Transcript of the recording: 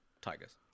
tigers